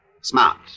smart